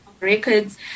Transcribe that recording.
records